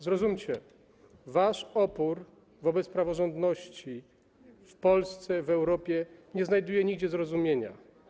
Zrozumcie: wasz opór wobec praworządności w Polsce, w Europie nie znajduje nigdzie zrozumienia.